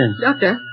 Doctor